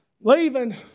leaving